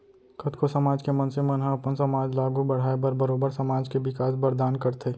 कतको समाज के मनसे मन ह अपन समाज ल आघू बड़हाय बर बरोबर समाज के बिकास बर दान करथे